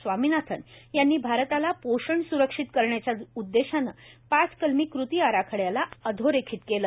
स्वामीनाथन यांनी भारताला पोषण स्रक्षीत करण्याच्या उद्देशानं पाच कलमी कृती आराखड्याला अधोरेखीत केलं